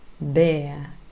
bear